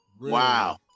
Wow